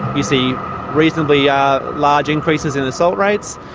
you see reasonably yeah large increases in assault rates.